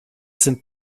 sind